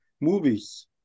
movies